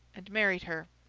and married her.